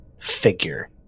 figure